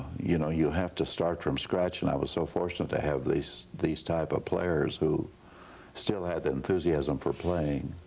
you know you have to start from scratch and i was so fortunate to have these these type of players who still had enthusiasm for playing.